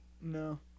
No